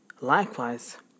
Likewise